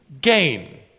Gain